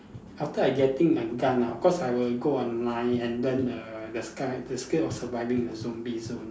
after I getting my gun ah of course I will go online and then err the sky the skill of surviving the zombie zone